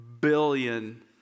billion